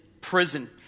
prison